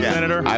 Senator